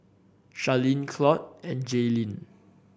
Sharleen Claud and Jailyn